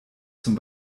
zum